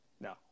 No